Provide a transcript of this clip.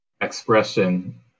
expression